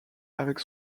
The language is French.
avec